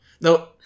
No